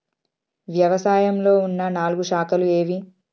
వ్యవసాయంలో ఉన్న నాలుగు శాఖలు ఏవి?